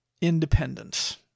independence